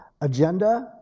agenda